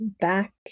back